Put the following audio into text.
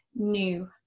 new